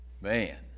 Man